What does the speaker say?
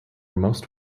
most